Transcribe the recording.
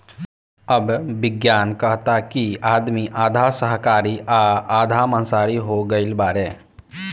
अब विज्ञान कहता कि आदमी आधा शाकाहारी आ आधा माँसाहारी हो गईल बाड़े